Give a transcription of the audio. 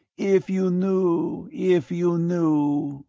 if you knew if you knew.